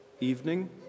Evening